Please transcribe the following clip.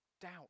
doubt